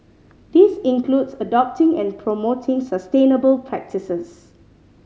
this includes adopting and promoting sustainable practices